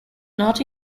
not